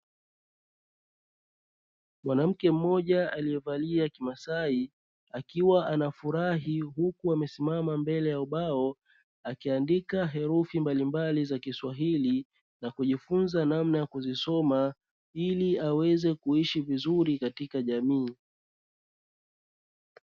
Mwanamke mmoja aliyevalia kimasai, akiwa anafurahi huku amesimama mbele ya ubao akiandika herufi mbalimbali za kiswahili na kujifunza namna ya kuzisoma, ili aweze kuishi vizuri katika jamii.